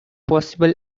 possible